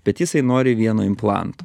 bet jisai nori vieno implanto